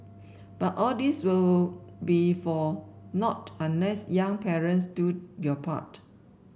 but all this will be for nought unless young parents do your part